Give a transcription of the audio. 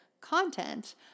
content